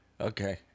Okay